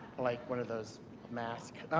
like one of those masks?